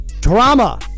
drama